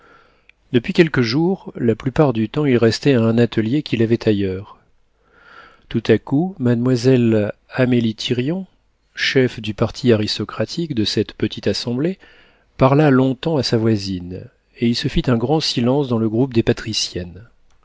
depuis quelques jours la plupart du temps il restait à un atelier qu'il avait ailleurs tout à coup mademoiselle amélie thirion chef du parti aristocratique de cette petite assemblée parla long-temps à sa voisine et il se fit un grand silence dans le groupe des patriciennes